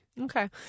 Okay